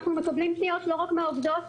אנחנו מקבלים פניות לא רק מהעובדות,